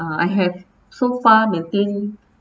I have so far maintain